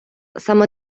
саме